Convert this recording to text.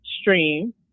STREAM